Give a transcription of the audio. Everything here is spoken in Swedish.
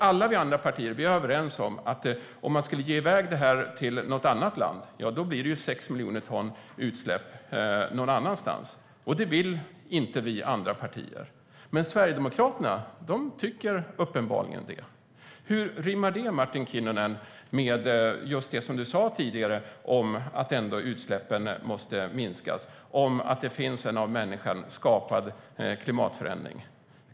Alla vi andra partier är överens om att om man skulle överlåta utsläppsrätterna till något annat land, då blir det 6 miljoner ton utsläpp någon annanstans. Det vill inte vi andra partier. Men Sverigedemokraterna vill uppenbarligen det. Hur rimmar det, Martin Kinnunen, med det som du sa tidigare om att utsläppen måste minska och om att det finns en av människan skapad klimatförändring?